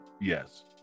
Yes